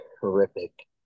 horrific